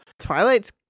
Twilight's